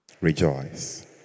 Rejoice